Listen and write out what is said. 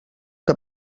que